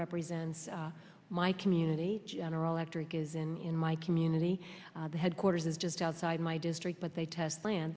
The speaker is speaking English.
represents my community general electric is in my community the headquarters is just outside my district but they test plan